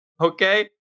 okay